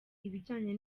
bijyanye